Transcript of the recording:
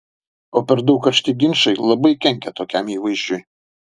o per daug karšti ginčai labai kenkia tokiam įvaizdžiui